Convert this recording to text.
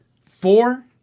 four